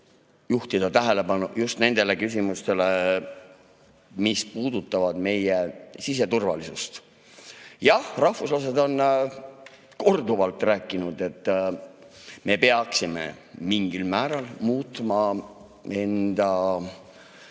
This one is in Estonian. juhtida tähelepanu just nendele küsimustele, mis puudutavad meie siseturvalisust. Jah, rahvuslased on korduvalt rääkinud, et me peaksime mingil määral muutma